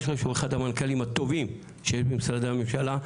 אני חושב שהוא אחד המנכ"לים הטובים שיש במשרדי הממשלה,